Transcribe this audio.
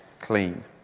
clean